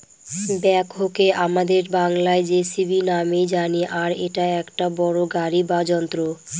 ব্যাকহোকে আমাদের বাংলায় যেসিবি নামেই জানি আর এটা একটা বড়ো গাড়ি বা যন্ত্র